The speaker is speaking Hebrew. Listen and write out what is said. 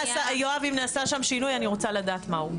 יואב, אם נעשה שם שינוי אני רוצה לדעת מהו.